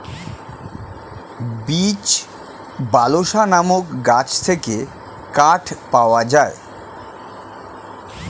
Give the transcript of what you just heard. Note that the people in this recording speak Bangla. বীচ, বালসা নামক গাছ থেকে কাঠ পাওয়া যায়